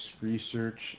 research